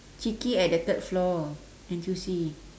chicky at the third floor N_T_U_C